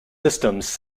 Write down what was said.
systems